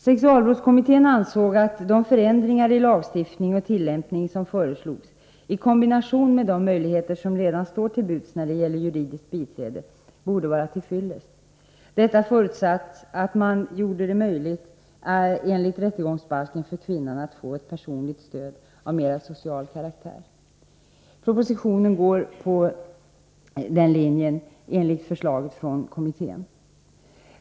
Sexualbrottskommittén ansåg att de förändringar i lagstiftning och tillämpning som föreslogs, i kombination med de möjligheter som redan står till buds när det gäller juridiskt biträde, borde vara till fyllest, detta förutsatt att man gjorde det möjligt enligt rättegångsbalken för kvinnan att få ett personligt stöd av mera social karaktär. Propositionens förslag går här i linje med kommitténs.